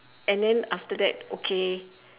and then after that okay